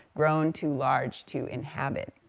grown too large to inhabit.